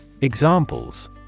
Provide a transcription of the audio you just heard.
Examples